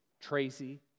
Tracy